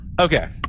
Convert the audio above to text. Okay